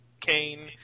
Kane